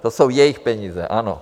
To jsou jejich peníze, ano.